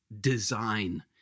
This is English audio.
design